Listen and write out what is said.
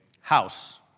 House